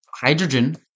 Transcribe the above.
hydrogen